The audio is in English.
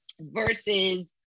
Versus